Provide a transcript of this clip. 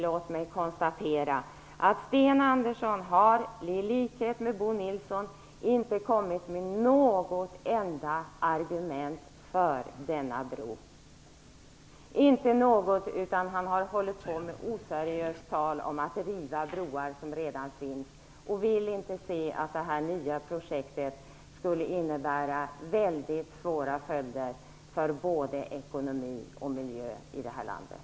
Låt mig till sist konstatera att Sten Andersson, i likhet med Bo Nilsson, inte har kommit med något enda argument för denna bro. Han har inte kommit med något argument, utan han har hållit på med oseriöst tal om att riva broar som redan finns. Han vill inte se att detta nya projekt skulle innebära mycket svåra följder för både ekonomi och miljö här i landet.